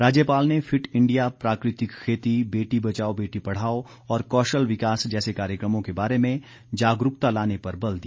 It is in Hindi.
राज्यपाल ने फिट इंडिया प्राकृतिक खेती बेटी बचाओ बेटी पढ़ाओ औ कौशल विकास जैसे कार्यक्रमों के बारे में जागरूकता लाने पर बल दिया